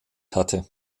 hatte